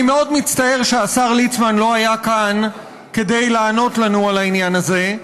אני מאוד מצטער שהשר ליצמן לא היה כאן כדי לענות לנו על העניין הזה,